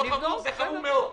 זה חמור מאוד.